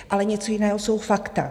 Ale něco jiného jsou fakta.